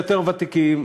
היותר-ותיקים,